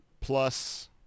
plus